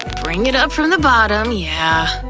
bring it up from the bottom, yeah.